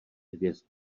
hvězd